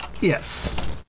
Yes